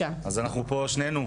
אז שנינו,